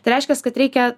tai reiškias kad reikia